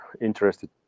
interested